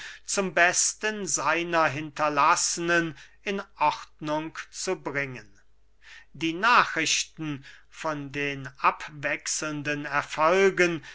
zum besten seiner hinterlaßnen in ordnung zu bringen die nachrichten von den abwechselnden erfolgen